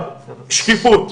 שקיפות,